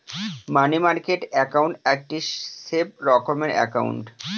মানি market account একটি safe রকমের account